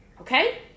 Okay